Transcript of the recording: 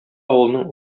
авылның